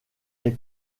est